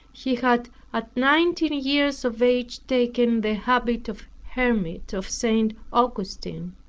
he had at nineteen years of age taken the habit of hermit of st. augustine.